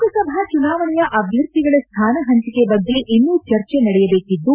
ಲೋಕಸಭಾ ಚುನಾವಣೆಯ ಅಭ್ಯರ್ಥಿಗಳ ಸ್ವಾನ ಪಂಚಿಕೆ ಬಗ್ಗೆ ಇನ್ನೂ ಚರ್ಚೆ ನಡೆಯಬೇಕಿದ್ದು